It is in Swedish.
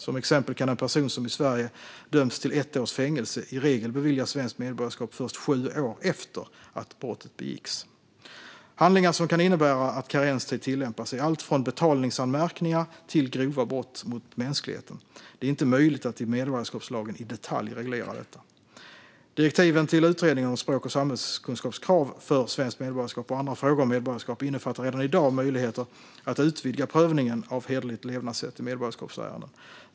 Som exempel kan en person som i Sverige dömts till ett års fängelse i regel beviljas svenskt medborgarskap först sju år efter att brottet begicks. Handlingar som kan innebära att karenstid tillämpas är allt från betalningsanmärkningar till grova brott mot mänskligheten. Det är inte möjligt att i medborgarskapslagen i detalj reglera detta. Direktiven till utredningen om språk och samhällskunskapskrav för svenskt medborgarskap och andra frågor om medborgarskap innefattar redan i dag möjligheter att utvidga prövningen av hederligt levnadssätt i medborgarskapsärenden.